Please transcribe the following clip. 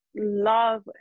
Love